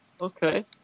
Okay